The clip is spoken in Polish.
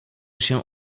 się